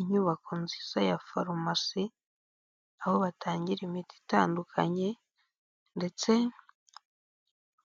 Inyubako nziza ya farumasi aho batangira imiti itandukanye ndetse